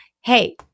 hey